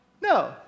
No